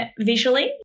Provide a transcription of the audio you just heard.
visually